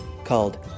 called